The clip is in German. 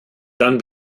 dann